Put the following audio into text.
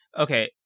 Okay